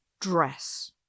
dress